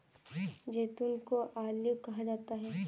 जैतून को ऑलिव कहा जाता है